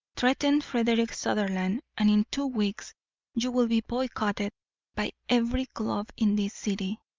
threaten frederick sutherland and in two weeks you will be boycotted by every club in this city.